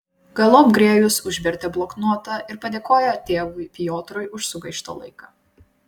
galop grėjus užvertė bloknotą ir padėkojo tėvui piotrui už sugaištą laiką